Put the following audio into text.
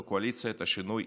בקואליציית השינוי,